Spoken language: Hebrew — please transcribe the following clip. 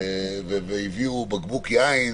והביאו בקבוק יין